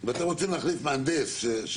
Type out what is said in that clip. כשאתם מדברים, ואתם רוצים להחליף מהנדס של